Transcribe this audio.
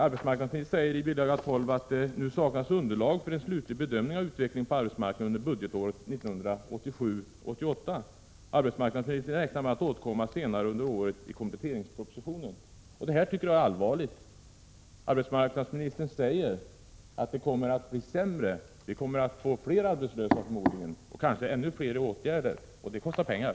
Arbetsmarknadsministern säger där att det nu saknas underlag för en slutlig bedömning av arbetsmarknaden under budgetåret 1987/88. Arbetsmarknadsministern räknar med att återkomma senare under året i kompletteringspropositionen. Detta tycker jag är allvarligt. Arbetsmarknadsministern säger att det kommer att bli sämre, att vi kommer att få fler arbetslösa och kanske ännu fler personer i åtgärder, och det kostar pengar.